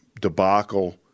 debacle